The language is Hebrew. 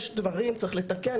יש דברים, צריך לתקן.